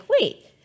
wait